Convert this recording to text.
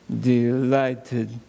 delighted